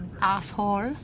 asshole